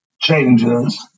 changes